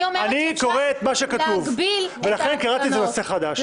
אני קורא את מה שכתוב, לכן קראתי לזה נושא חדש.